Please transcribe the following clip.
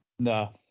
No